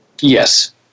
Yes